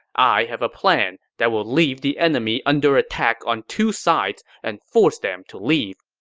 i have a plan that will leave the enemy under attack on two sides and force them to leave.